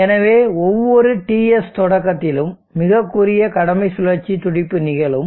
எனவே ஒவ்வொரு TS தொடக்கத்திலும் மிகக் குறுகிய கடமை சுழற்சி துடிப்பு நிகழும்